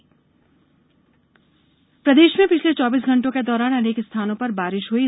मौसम प्रदेश में पिछले चौबीस घंटों के दौरान अनेक स्थानों पर बारिश हुयी